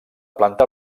planta